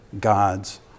God's